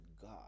God